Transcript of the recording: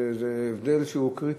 זה הבדל שהוא קריטי.